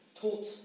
taught